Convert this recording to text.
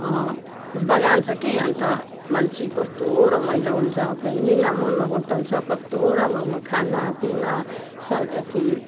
बगान छ कि अनि त मान्छे कस्तो रमाइलो हुन्छ फेन मिनामोडमा होटल छ कस्तो राम्रो राम्रो खानापिना साल एथि